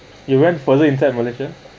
you went further in malaysia